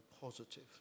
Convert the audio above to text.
positive